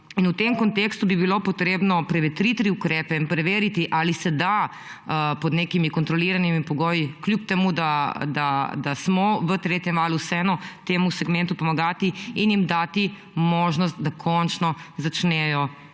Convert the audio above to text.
V tem kontekstu bi bilo potrebno prevetriti ukrepe in preveriti, ali se da pod nekimi kontroliranimi pogoji, kljub temu da smo v tretjem valu, temu segmentu pomagati in jim dati možnost, da končno začnejo